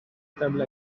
table